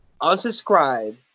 unsubscribe